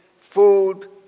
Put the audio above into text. food